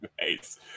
Nice